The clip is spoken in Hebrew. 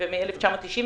ומ-1998